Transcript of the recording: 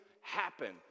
happen